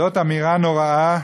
זאת אמירה נוראה,